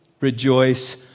rejoice